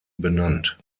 benannt